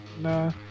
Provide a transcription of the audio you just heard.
Nah